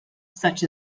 such